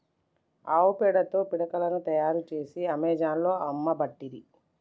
ఆవు పేడతో పిడికలను తాయారు చేసి అమెజాన్లో అమ్మబట్టిరి